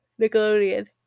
Nickelodeon